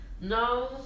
No